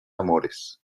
amores